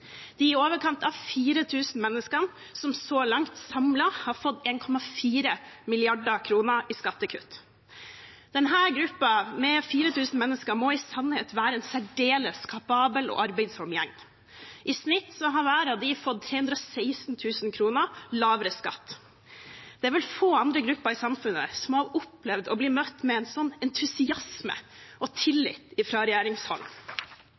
de i overkant av 4 000 menneskene som så langt samlet har fått 1,4 mrd. kr i skattekutt. Denne gruppen med 4 000 mennesker må i sannhet være en særdeles kapabel og arbeidsom gjeng. I snitt har hver av disse fått 316 000 kr lavere skatt. Det er vel få andre grupper i samfunnet som har opplevd å bli møtt med slik en entusiasme og tillit fra regjeringshold.